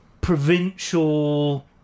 provincial